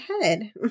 head